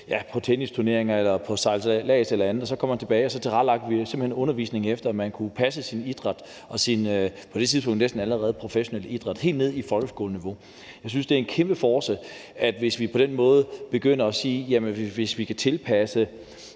til tennisturneringer eller på sejlads eller noget andet, og så kom man tilbage, og så tilrettelagde vi simpelt hen undervisningen sådan, at man kunne passe sin på det tidspunkt næsten allerede professionelle idræt. Og det var helt nede på folkeskoleniveau. Jeg synes, det er en kæmpe force, hvis vi på den måde begynder at sige, at vi vil tilpasse